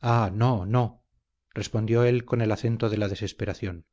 ah no no respondió él con el acento de la desesperación